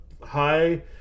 high